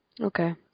okay